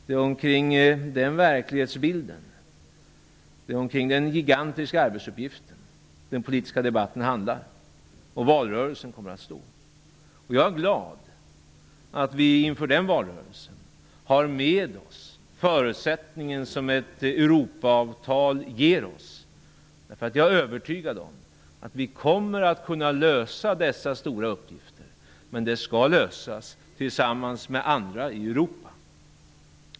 Det är den verklighetsbilden, den gigantiska arbetsuppgiften, som den politiska debatten handlar om och som valrörelsen kommer att gälla. Jag är glad att vi inför valrörelsen har med oss den förutsättning som ett Europaavtal ger oss. Jag är nämligen övertygad om att vi kommer att kunna lösa dessa stora uppgifter, men vi skall göra det tillsammans med andra i Europa.